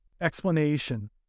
explanation